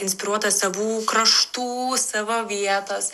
inspiruotą savų kraštų savo vietos